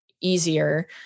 easier